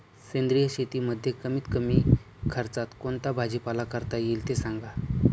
सेंद्रिय शेतीमध्ये कमीत कमी खर्चात कोणता भाजीपाला करता येईल ते सांगा